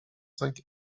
cinq